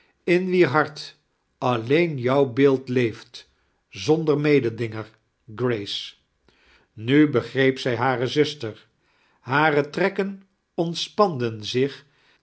in wier hart alleen jou beeld leeft zonder mededinger grace i nu begreep zij hare zuster hare trekken ontepanden zich